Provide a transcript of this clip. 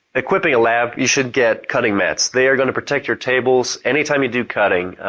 equipping a lab you should get cutting mats. they are going to protect your tables anytime you do cutting.